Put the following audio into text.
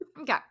okay